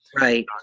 right